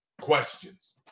Questions